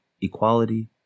equality